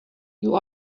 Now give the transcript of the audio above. you